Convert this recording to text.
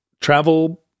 travel